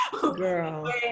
Girl